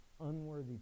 unworthy